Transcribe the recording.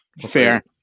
Fair